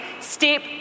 step